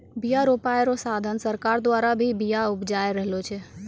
बिया रोपाय रो साधन सरकार द्वारा भी बिया उपजाय रहलो छै